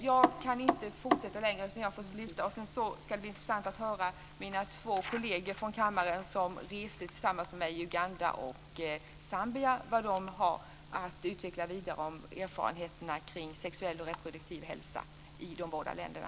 Jag kan inte fortsätta, men det ska bli intressant att höra mina två kolleger som reste tillsammans med mig i Uganda och Zambia utveckla vidare erfarenheterna kring sexuell och reproduktiv hälsa i de båda länderna.